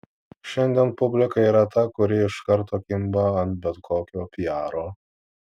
šiandien publika yra ta kuri iš karto kimba ant bet kokio piaro